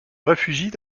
réfugient